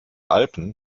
alpen